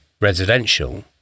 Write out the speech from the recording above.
residential